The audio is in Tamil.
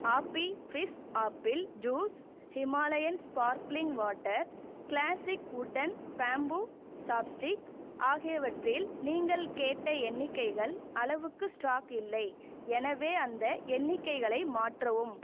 ஆப்பி Fizz apple juice Himalayan sparkling water classic wooden bamboo chopstick ஆகியவற்றில் நீங்கள் கேட்ட எண்ணிக்கைகள் அளவுக்கு ஸ்டாக் இல்லை எனவே அந்த எண்ணிக்கைகளை மாற்றவும்